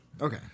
okay